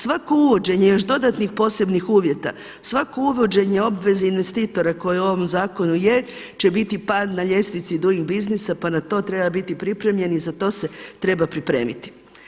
Svako uvođenje još dodatnih posebnih uvjeta, svako uvođenje obveze investitora koji u ovom zakonu je, će biti pad na ljestvici Doing Businessa pa na to treba biti pripremljen i za to se treba pripremiti.